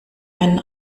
einen